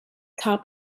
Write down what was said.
top